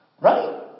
Right